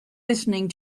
listening